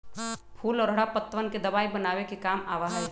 फूल और हरा पत्तवन के दवाई बनावे के काम आवा हई